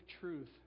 truth